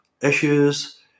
issues